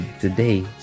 today